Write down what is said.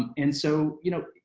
and so, you know,